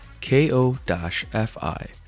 K-O-F-I